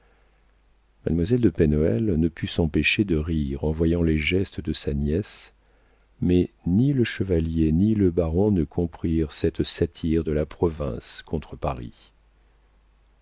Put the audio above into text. mademoiselle de pen hoël ne put s'empêcher de rire en voyant les gestes de sa nièce mais ni le chevalier ni le baron ne comprirent cette satire de la province contre paris